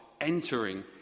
entering